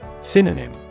Synonym